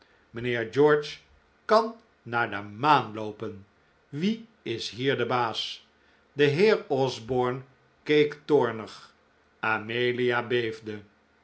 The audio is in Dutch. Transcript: mijnheer george kan naar de maan loopen wie is hier de baas de heer osborne keek toornig amelia beefde